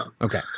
Okay